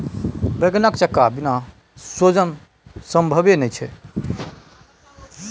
बैंगनक चक्का बिना सोजन संभवे नहि छै